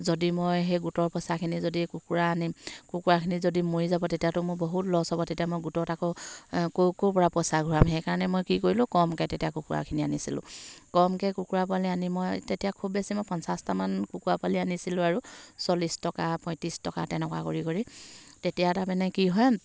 যদি মই সেই গোটৰ পইচাখিনি যদি কুকুৰা আনিম কুকুৰাখিনি যদি মৰি যাব তেতিয়াতো মোৰ বহুত লছ হ'ব তেতিয়া মই গোটত আকৌ ক'ৰ ক'ৰপৰা পইচা ঘূৰাম সেইকাৰণে মই কি কৰিলোঁ কমকৈ তেতিয়া কুকুৰাখিনি আনিছিলোঁ কমকৈ কুকুৰা পোৱালি আনি মই তেতিয়া খুব বেছি মই পঞ্চাছটামান কুকুৰা পোৱালি আনিছিলোঁ আৰু চল্লিছ টকা পঁয়ত্ৰিছ টকা তেনেকুৱা কৰি কৰি তেতিয়া তাৰমানে কি হয়